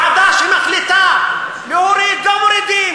אבל ועדה שמחליטה להוריד,